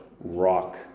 rock